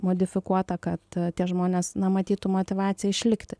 modifikuota kad tie žmonės na matytų motyvaciją išlikti